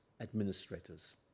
administrators